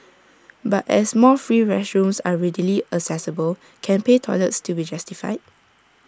but as more free restrooms are readily accessible can pay toilets still be justified